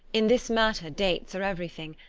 in this matter dates are everything,